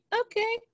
okay